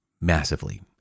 massively